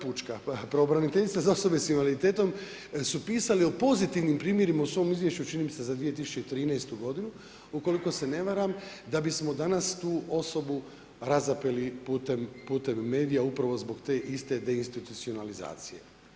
Pravobraniteljica za osobe s invaliditetom su pisali o pozitivnim primjerima u svom izvješću, čini mi se za 2013. godinu, ukoliko se ne varam, da bismo danas tu osobu razapeli putem medija upravo zbog te iste deinstitucionalizacije.